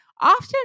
often